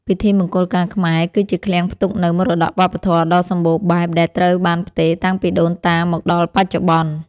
ពិធីមង្គលការខ្មែរ គឺជាឃ្លាំងផ្ទុកនូវមរតកវប្បធម៌ដ៏សម្បូរបែបដែលត្រូវបានផ្ទេរតាំងពីដូនតាមកដល់បច្ចុប្បន្ន។